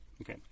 Okay